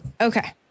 Okay